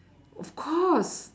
of course